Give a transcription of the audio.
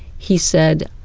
he said,